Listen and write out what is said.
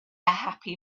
happy